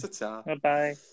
Bye-bye